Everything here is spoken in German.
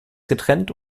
getrennt